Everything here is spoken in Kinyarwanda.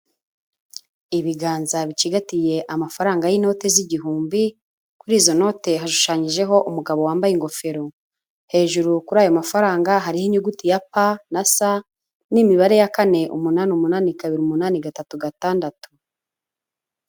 Ibiganza bicigatiye amafaranga y'inote z'igihumbi, kuri izo note hashushanyijeho umugabo wambaye ingofero, hejuru kuri ayo mafaranga hariho inyuguti ya pa na sa n'imibare ya kane umunani umunani kabiri umunani gatatu gatandatu.